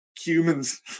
humans